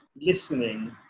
listening